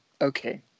okay